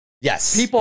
Yes